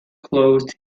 closed